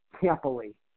happily